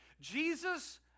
Jesus